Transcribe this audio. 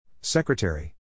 Secretary